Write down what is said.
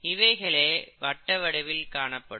இவைகளே வட்ட வடிவில் காணப்படும்